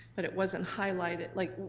but it wasn't highlighted. like